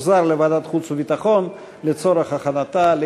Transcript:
לוועדת החוץ והביטחון נתקבלה.